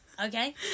Okay